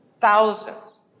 thousands